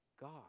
God